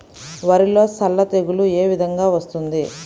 వరిలో సల్ల తెగులు ఏ విధంగా వస్తుంది?